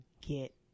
get